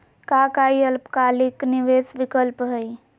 का काई अल्पकालिक निवेस विकल्प हई?